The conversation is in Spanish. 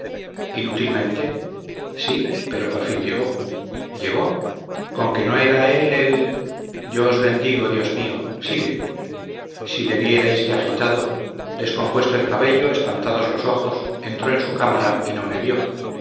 inútilmente sí pero por fin llegó llegó con que no era él el yo os bendigo dios mío sigue si le vierais qué agitado descompuesto el cabello espantados los ojos entró en su cámara y no me vio